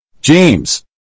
James